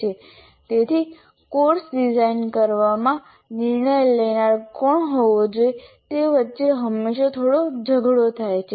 તેથી course design કરવામાં નિર્ણય લેનાર કોણ હોવો જોઈએ તે વચ્ચે હંમેશા થોડો ઝઘડો થાય છે